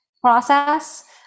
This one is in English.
process